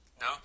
No